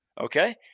Okay